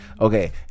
Okay